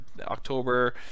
October